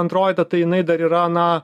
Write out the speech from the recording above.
androidą tai jinai dar yra na